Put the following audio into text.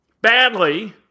badly